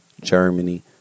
Germany